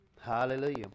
Hallelujah